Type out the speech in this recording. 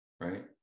right